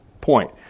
point